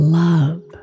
love